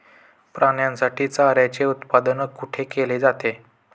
प्राण्यांसाठी चाऱ्याचे उत्पादन कुठे केले जाते?